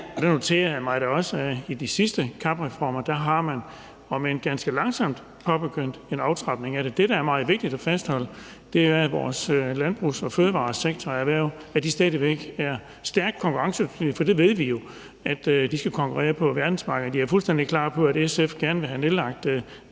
Der noterer jeg mig da også, at i de sidste CAP-reformer har man om end ganske langsomt påbegyndt en aftrapning af det. Det, der er meget vigtigt at fastholde, er, at vores landbrugs- og fødevareerhverv stadig væk er stærkt konkurrencedygtige, for vi ved jo, at de skal konkurrere på verdensmarkedet. Jeg er fuldstændig klar på, at SF gerne vil have nedlagt,